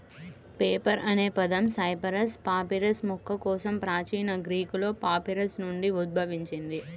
paper అనే పదం Cyperus papyrus మొక్క కోసం ప్రాచీన గ్రీకులో పాపిరస్ నుండి ఉద్భవించింది